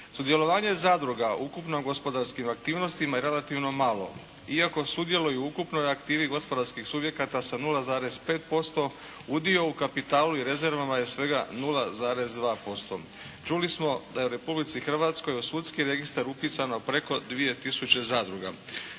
Sudjelovanje zadruga u ukupnim gospodarskim aktivnostima je relativno malo iako sudjeluju u ukupnoj aktivi gospodarskih subjekata sa 0,5% udio u kapitalu i rezervama je svega 0,2%. Čuli smo da je u Republici Hrvatskoj u sudski registar upisano preko 2 tisuće zadruga.